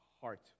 heart